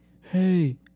hey